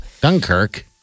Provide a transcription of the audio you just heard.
Dunkirk